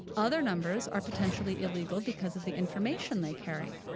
other numbers are potentially illegal because of the information they carry.